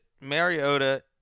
Mariota